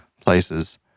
places